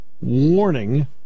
warning